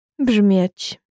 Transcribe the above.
Brzmieć